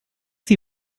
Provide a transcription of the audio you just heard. see